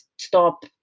stop